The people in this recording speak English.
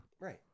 Right